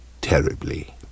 terribly